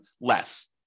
less